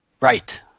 Right